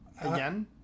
again